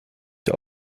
der